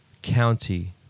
County